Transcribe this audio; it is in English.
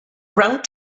ground